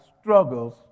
struggles